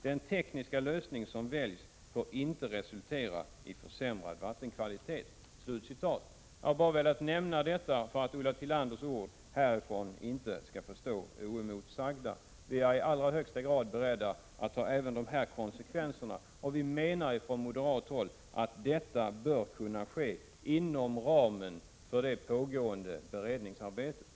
Den tekniska lösning som väljs får inte resultera i försämrad vattenkvalitet.” Jag har bara velat nämna detta för att Ulla Tillanders ord inte skall få stå oemotsagda. Vi är i allra högsta grad beredda att även ta dessa konsekvenser. Ifrån moderat håll menar vi att detta bör kunna ske inom ramen för det pågående beredningsarbetet.